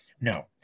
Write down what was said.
No